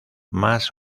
más